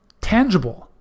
tangible